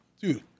dude